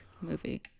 movie